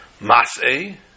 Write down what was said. Mas'e